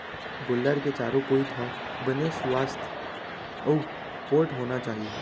गोल्लर के चारों कोइत ह बने सुवास्थ अउ पोठ होना चाही